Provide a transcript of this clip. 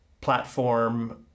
platform